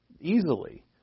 easily